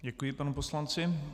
Děkuji panu poslanci.